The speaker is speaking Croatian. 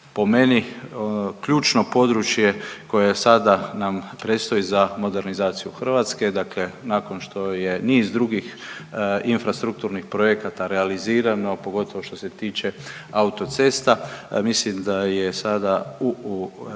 po meni ključno područje koje sada nam predstoji za modernizaciju Hrvatske, dakle nakon što je niz drugih infrastrukturnih projekata realizirano pogotovo što se tiče autocesta, mislim da je sada ulaganje